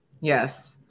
Yes